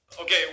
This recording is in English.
Okay